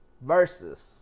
versus